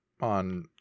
on